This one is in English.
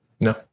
No